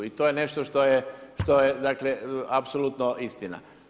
I to je nešto što je, dakle apsolutno istina.